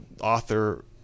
author